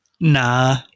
Nah